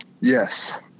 Yes